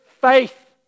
faith